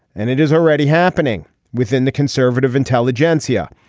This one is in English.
and it is already happening within the conservative intelligentsia.